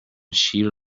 شیر